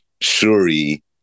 Shuri